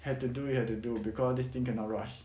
have to do you have to do because this thing cannot rush